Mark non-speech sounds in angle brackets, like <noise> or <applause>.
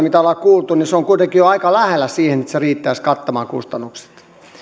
<unintelligible> mitä olemme kuulleet se on kuitenkin jo aika lähellä sitä että se riittäisi kattamaan kustannukset